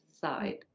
side